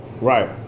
Right